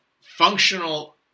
functional